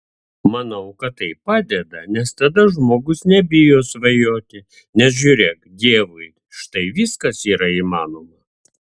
manau kad tai padeda nes tada žmogus nebijo svajoti nes žiūrėk dievui štai viskas yra įmanoma